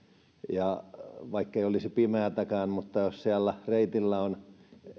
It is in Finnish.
ja vaikkei olisi pimeätäkään mutta jos siellä reitillä on